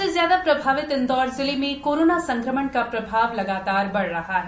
सबसे ज्यादा प्रभावित इंदौर जिले में कोरोना संक्रमण का प्रभाव लगातार बढ़ रहा है